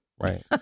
Right